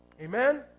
Amen